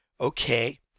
Okay